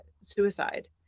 suicide